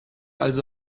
also